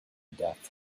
death